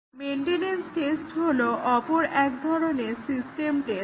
maintenance test হলো অপর এক ধরণের সিস্টেম টেস্ট